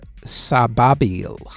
Sababil